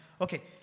Okay